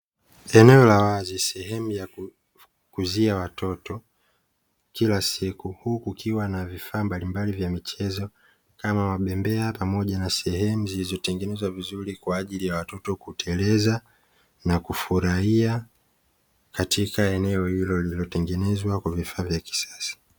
Eneo la wazi sehemu kukuzia watoto kila siku, huku kukiwa na vifaa mbalimbali vya michezo, kama; mabembea pamoja na sehemu zilizotengenezwa vizuri kwa ajii ya watoto kuteleza na kufuraia katika eneo hilo lililotengenezwa kwa vifaa vya kisasa.